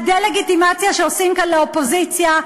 הדה-לגיטימציה שעושים כאן לאופוזיציה,